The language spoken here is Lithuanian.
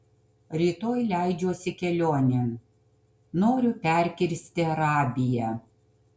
rytoj leidžiuosi kelionėn noriu perkirsti arabiją